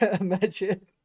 imagine